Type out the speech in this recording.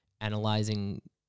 analyzing